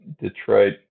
Detroit